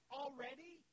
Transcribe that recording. already